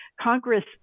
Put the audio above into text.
Congress